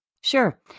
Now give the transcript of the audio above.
Sure